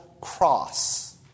cross